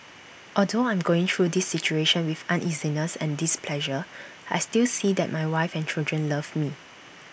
although I'm going through this situation with uneasiness and displeasure I still see that my wife and children love me